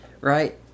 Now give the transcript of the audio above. right